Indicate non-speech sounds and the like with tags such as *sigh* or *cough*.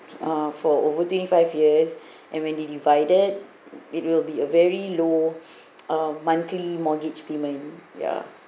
uh for over twenty five years *breath* and when they divided it will be a very low *breath* uh monthly mortgage payment ya